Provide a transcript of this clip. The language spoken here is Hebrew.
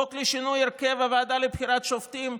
חוק לשינוי הרכב הוועדה לבחירת שופטים?